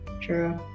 True